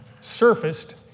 surfaced